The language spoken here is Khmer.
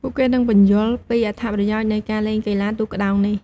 ពួកគេនឹងពន្យល់ពីអត្ថប្រយោជន៍នៃការលេងកីឡាទូកក្ដោងនេះ។